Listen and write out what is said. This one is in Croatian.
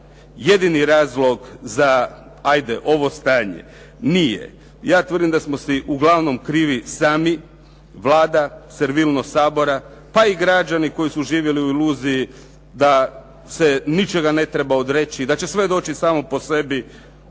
jedini razlog, ajde za ovo stanje? Nije. Ja tvrdim da smo si uglavnom krivi sami, Vlada, servilnost Sabora, pa i građani koji su živjeli u iluziji da se ničega ne treba odreći, da će doći samo po sebi.